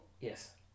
Yes